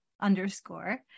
underscore